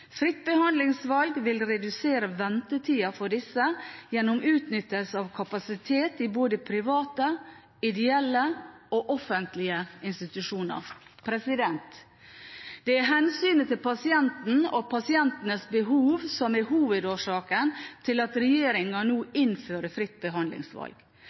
Fritt behandlingsvalg vil redusere ventetiden for disse gjennom utnyttelse av kapasitet i både private, ideelle og offentlige institusjoner. Det er hensynet til pasientene og pasientenes behov som er hovedårsaken til at regjeringen nå innfører fritt behandlingsvalg.